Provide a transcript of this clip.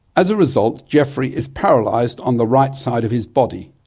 as a result geoffrey is paralysed on the right side of his body.